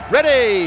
Ready